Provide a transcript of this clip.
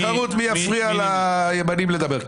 תחרות מי יפריע לימנים לדבר,